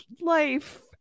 life